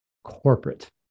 corporate